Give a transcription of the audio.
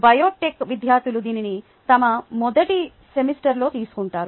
Biotech విద్యార్థులు దీనిని తమ మొదటి సెమిస్టర్లో తీసుకుంటారు